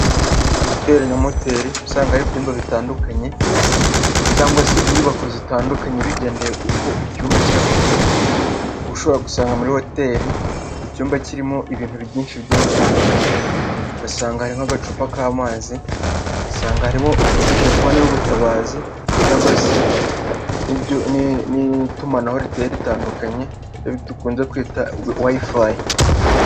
Hoteli na moteli usanga hari ibyumba bitandukanye cyangwa se inyubako zitandukanye bigendeye uko icyumba kiba giteguye, uba ushobora gusanga muri hoteli icyumba kirimo ibintu byinshi bigiya bitandukanye, ugasanga hari nk'agacupa k'amazi, ugasanga harimo amatelefone y'ubutabazi cyangwa se n'itumanaho riteye ritandukanye dukunze kwita WIFI.